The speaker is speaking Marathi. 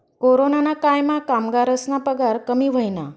कोरोनाना कायमा कामगरस्ना पगार कमी व्हयना